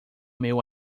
meu